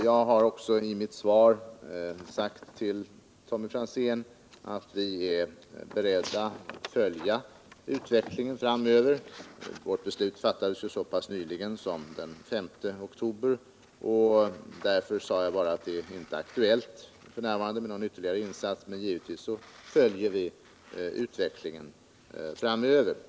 Jag har också i mitt svar till Tommy Franzén sagt att vi är beredda att följa utvecklingen framöver. Vårt beslut fattades så pass nyligen som den 5 oktober, och jag sade därför att det f. n. inte är aktuellt med någon ytterligare insats. Men givetvis följer vi utvecklingen framöver.